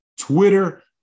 twitter